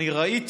אני ראיתי